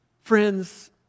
Friends